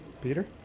Peter